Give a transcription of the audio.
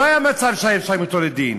לא היה מצב שהיה אפשר להעמיד אותו לדין.